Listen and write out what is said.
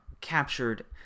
captured